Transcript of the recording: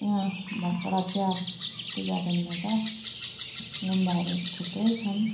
यहाँ भाटपाडा चिया टी गार्डनमा त गुम्बाहरू थुप्रै छन्